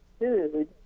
food